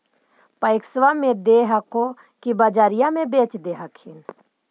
पैक्सबा मे दे हको की बजरिये मे बेच दे हखिन?